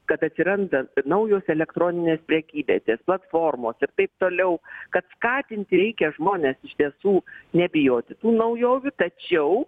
kad atsiranda naujos elektroninės prekyvietės platformos ir taip toliau kad skatinti reikia žmones iš tiesų nebijoti tų naujovių tačiau